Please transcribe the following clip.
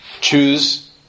choose